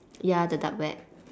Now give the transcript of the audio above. ya the dark web